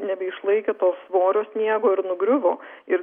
nebeišlaikė svorio sniego ir nugriuvo ir